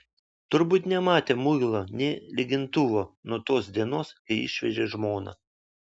turbūt nematę muilo nė lygintuvo nuo tos dienos kai išvežė žmoną